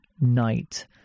night